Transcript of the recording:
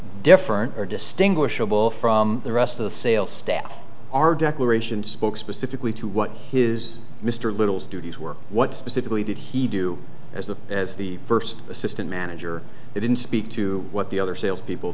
different or distinguishable from the rest of the sales staff our declaration spoke specifically to what his mr little's duties were what specifically did he do as the as the first assistant manager he didn't speak to what the other sales people